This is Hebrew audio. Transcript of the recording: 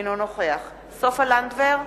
אינו נוכח סופה לנדבר,